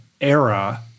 era